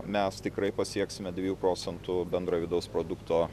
mes tikrai pasieksime dviejų procentų bendro vidaus produkto